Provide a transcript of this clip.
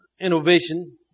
innovation